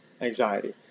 anxiety